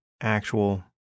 actual